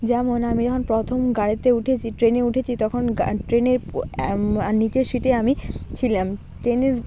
যেমন আমি যখন প্রথম গাড়িতে উঠেছি ট্রেনে উঠেছি তখন গা ট্রেনের নিচের সিটে আমি ছিলাম ট্রেনের